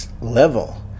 level